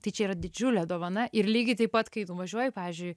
tai čia yra didžiulė dovana ir lygiai taip pat kai nuvažiuoji pavyzdžiui